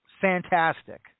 fantastic